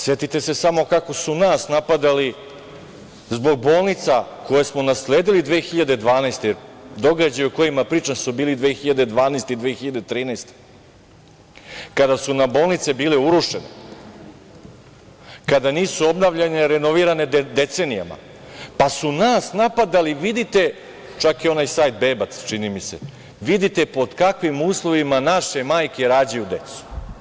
Setite se samo kako su nas napadali zbog bolnica koje smo nasledili 2012. godine, događaji o kojima pričam su bili 2012. i 2013. godine, kada su nam bolnice bile urušene, kada nisu obnavljane, renovirane decenijama, pa su nas napadali, čak i onaj sajt „Bebac“, čini mi se, vidite pod kakvim uslovima naše majke rađaju decu.